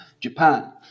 Japan